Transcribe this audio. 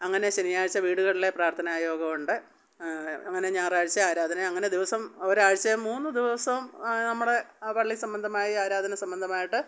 അങ്ങനെ ശനിയാഴ്ച വീടുകളിലെ പ്രാർത്ഥന യോഗമുണ്ട് അങ്ങനെ ഞായറാഴ്ച ആരാധന അങ്ങനെ ദിവസം ഒരാഴ്ചെ മൂന്ന് ദിവസം നമ്മുടെ പള്ളി സംബന്ധമായ ആരാധന സംബന്ധമായിട്ട്